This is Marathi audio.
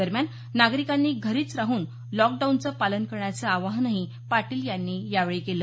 दरम्यान नागरिकांनी घरीच राहून लॉकडाऊनचं पालन करण्याचं आवाहन पाटील यांनी केलं